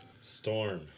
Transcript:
Storm